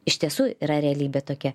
iš tiesų yra realybė tokia